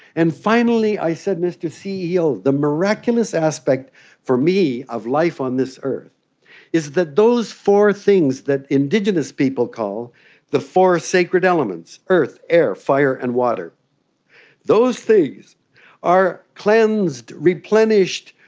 and finally i said, mr ceo, the miraculous aspect for me of life on this earth is that those four things that indigenous people call the four sacred elements earth, air, fire and water those things are cleansed, replenished,